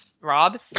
rob